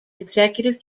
executive